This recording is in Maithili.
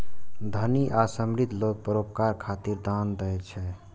धनी आ समृद्ध लोग परोपकार खातिर दान दै छै